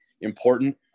important